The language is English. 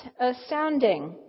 astounding